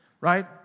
right